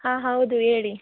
ಹಾಂ ಹೌದು ಹೇಳಿ